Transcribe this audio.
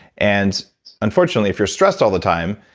and unfortunately, if you're stressed all the time,